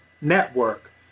Network